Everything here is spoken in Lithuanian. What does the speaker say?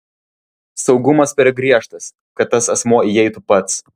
saugumas per griežtas kad tas asmuo įeitų pats